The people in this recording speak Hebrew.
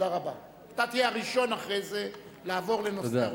אתה תהיה הראשון אחרי זה לעבור לנושא הרופאים.